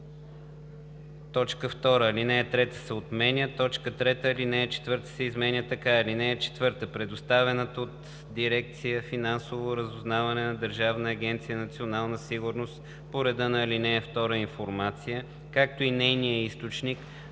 2. Алинея 3 се отменя. 3. Алинея 4 се изменя така: „(4) Предоставената от дирекция „Финансово разузнаване“ на Държавна агенция „Национална сигурност“ по реда на ал. 2 информация, както и нейният източник